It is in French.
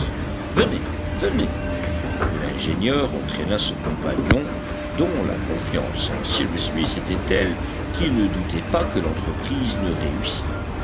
venez venez l'ingénieur entraîna son compagnon dont la confiance en cyrus smith était telle qu'il ne doutait pas que l'entreprise ne réussît